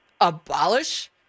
abolish